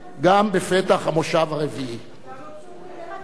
גם בפתח המושב הרביעי, אתה לא צודק.